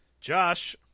Josh